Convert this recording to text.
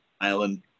island